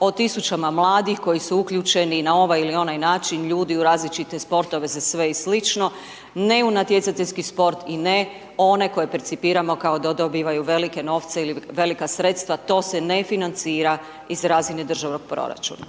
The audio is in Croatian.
o tisućama mladih koji su uključeni na ovaj ili onaj način ljudi u različite sportove za sve i slično, ne u natjecateljski sport i ne one koje percipiramo kao da dobivaju velike novce ili velika sredstva, to se ne financira iz razine državnog proračuna.